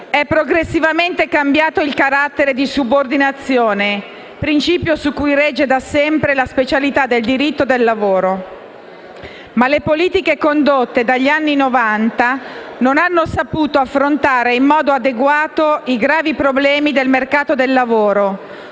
è progressivamente cambiato il carattere di subordinazione, principio su cui regge da sempre la specialità del diritto del lavoro. Tuttavia, le politiche condotte dagli anni Novanta non hanno saputo affrontare in modo adeguato i gravi problemi del mercato del lavoro,